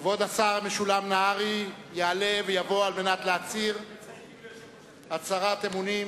על ההצהרה) כבוד השר משולם נהרי יעלה ויבוא להצהיר הצהרת אמונים